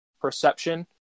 perception